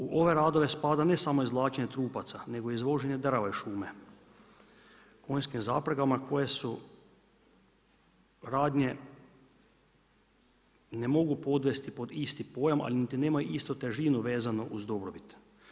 U ove radove spada ne samo izvlačenje trupaca nego izvoženje drva iz šume konjskim zapregama koje se radnje ne mogu podvesti pod isti pojam ali niti nemaju istu težinu vezanu uz dobrobit.